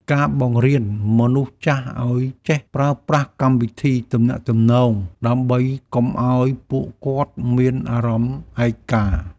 ការបង្រៀនមនុស្សចាស់ឱ្យចេះប្រើប្រាស់កម្មវិធីទំនាក់ទំនង ដើម្បីកុំឱ្យពួកគាត់មានអារម្មណ៍ឯកា។